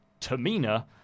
Tamina